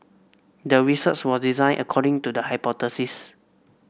the research was designed according to the hypothesis